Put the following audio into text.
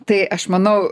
tai aš manau